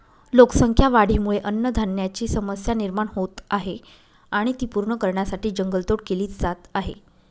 लोकसंख्या वाढीमुळे अन्नधान्याची समस्या निर्माण होत आहे आणि ती पूर्ण करण्यासाठी जंगल तोड केली जात आहे